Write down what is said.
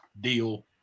deal